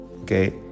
Okay